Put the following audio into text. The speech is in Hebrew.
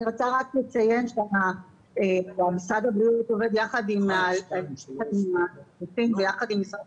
אני רוצה לציין שמשרד הבריאות עובד יחד עם הגופים ביחד עם משרד